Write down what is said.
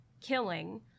killing